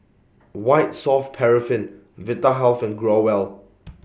White Soft Paraffin Vitahealth and Growell